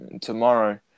tomorrow